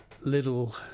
Little